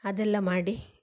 ಅದೆಲ್ಲ ಮಾಡಿ